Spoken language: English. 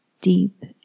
deep